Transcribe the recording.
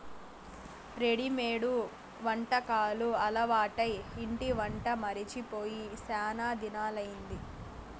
readymade వంటకాలు అలవాటై ఇంటి వంట మరచి పోయి శానా దినాలయ్యింది